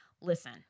Listen